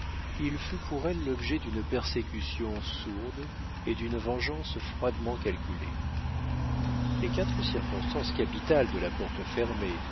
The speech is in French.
il fut pour elle l'objet d'une persécution sourde et d'une vengeance froidement calculée les quatre circonstances capitales de la porte fermée